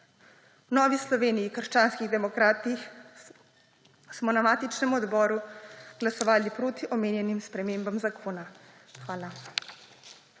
V Novi Sloveniji – krščanski demokrati smo na matičnem odboru glasovali proti omejenim spremembam zakona. Hvala.